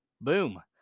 boom